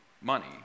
money